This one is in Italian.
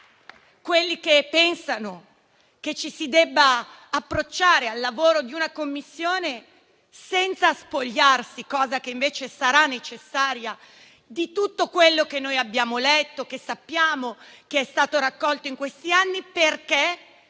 quelli che pensano che ci si debba approcciare al lavoro di una Commissione senza spogliarsi - cosa che invece sarà necessaria - di tutto quello che noi abbiamo letto e che è stato raccolto in questi anni, perché